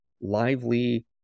lively